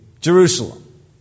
Jerusalem